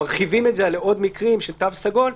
מרחיבים את זה על עוד מקרים של תו סגול,